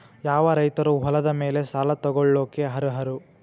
ಯಾವ ರೈತರು ಹೊಲದ ಮೇಲೆ ಸಾಲ ತಗೊಳ್ಳೋಕೆ ಅರ್ಹರು?